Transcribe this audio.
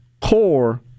Core